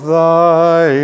thy